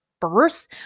birth